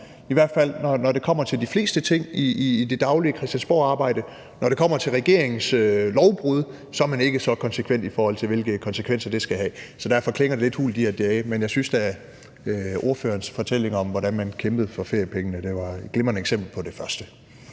i hvert fald når det kommer til de fleste ting i det daglige christiansborgarbejde. Når det kommer til regeringens lovbrud, er man ikke så konsekvent, i forhold til hvilke konsekvenser det skal have, så derfor klinger det lidt hult. Men jeg synes da, at ordførerens fortælling om, hvordan man kæmpede for feriepengene, var et glimrende eksempel på det første.